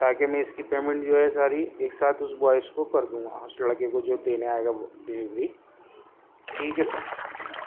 تاکہ میں اس کی پیمنٹ جو ہے ساری ایک ساتھ اس بوائز کو کر دوں گا اس لڑکے کو جو دینے آئے گا ڈلیوری ٹھیک ہے سر